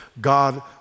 God